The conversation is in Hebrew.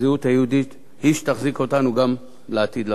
הזהות היהודית היא שתחזיק אותנו גם לעתיד לבוא.